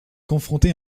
confrontés